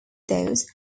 those